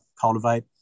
cultivate